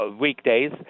weekdays